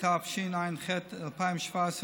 התשע"ח 2017,